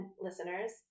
listeners